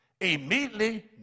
Immediately